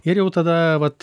ir jau tada vat